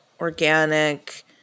organic